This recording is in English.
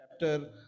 Chapter